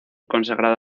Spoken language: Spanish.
consagrada